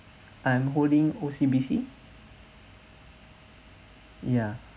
I'm holding O_C_B_C ya